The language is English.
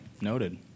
Noted